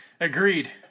Agreed